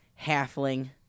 halfling